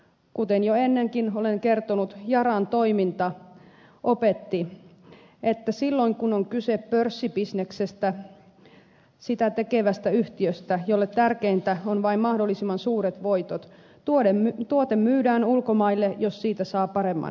kuten jo ennenkin olen kertonut yaran toiminta opetti että silloin kun on kyse pörssibisneksestä sitä tekevästä yhtiöstä jolle tärkeintä on vain mahdollisimman suuret voitot tuote myydään ulkomaille jos siitä saa paremman hinnan